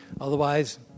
Otherwise